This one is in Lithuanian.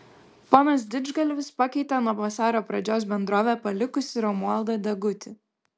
ponas didžgalvis pakeitė nuo vasario pradžios bendrovę palikusį romualdą degutį